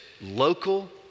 local